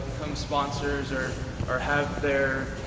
sponsors or or have their